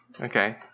Okay